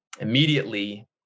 Immediately